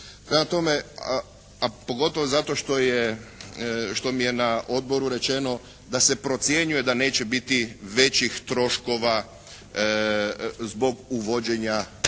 A pogotovo zato što je, što mi je na Odboru rečeno da se procjenjuje da neće biti većih troškova zbog uvođenja